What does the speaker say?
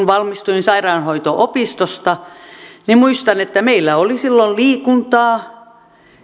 valmistuin sairaanhoito opistosta ja muistan että meillä oli silloin liikuntaa